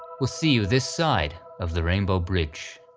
we'll see you this side of the rainbow bridge.